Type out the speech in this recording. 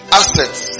assets